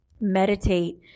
meditate